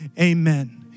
Amen